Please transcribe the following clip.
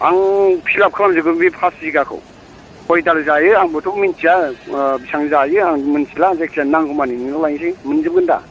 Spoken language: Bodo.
आं फिलाप खालाम जोबगोन बे पास बिगाखौ खय दाल जायो आंबोथ' मिनथिया ओ बेसेबां जायो आं मिनथिला जायखिजाया नांगौ माने नोंनाव लायनोसै मोनजोबगोन दा